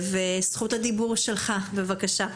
בבקשה.